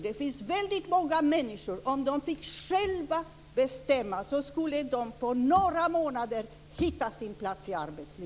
Det finns väldigt många människor som, om de själva fick bestämma, på några månader skulle hitta sin plats i arbetslivet.